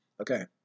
Okay